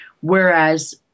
Whereas